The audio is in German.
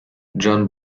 john